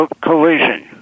collision